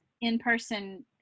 in-person